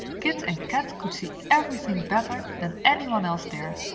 kit and kat could see everything better than anyone else there.